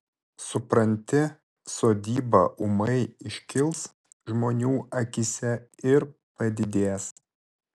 supranti sodyba ūmai iškils žmonių akyse ir padidės